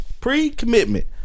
pre-commitment